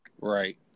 Right